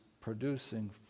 producing